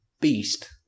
beast